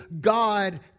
God